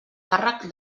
càrrec